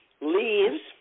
leaves